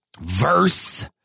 verse